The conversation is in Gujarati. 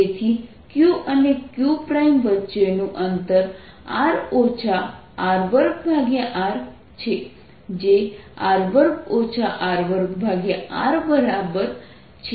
તેથી q અને q વચ્ચેનું અંતર r R2r છે જે r2 R2r બરાબર છે